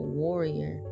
warrior